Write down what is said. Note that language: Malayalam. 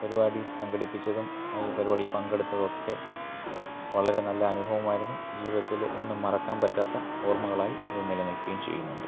പരിപാടി സംഘടിപ്പിച്ചതും അത് ഈ പരിപാടി പങ്കെടുത്തതൊക്കെ വളരെ നല്ല അനുഭവമായിരുന്നു ജീവിതത്തിൽ എന്നും മറക്കാന് പറ്റാത്ത ഓര്മകളായി ഇത് നിലനില്ക്കുകയും ചെയ്യുന്നുണ്ട്